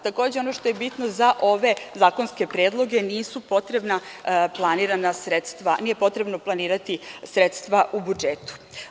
Takođe, ono što je bitno, za ove zakonske predloge nisu potrebna planirana sredstva, tj. nije potrebno planirati sredstva u budžetu.